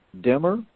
dimmer